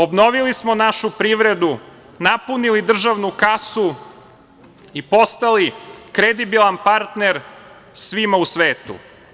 Obnovili smo našu privredu, napunili državnu kasu i postali kredibilan partner svima u svetu.